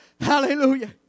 Hallelujah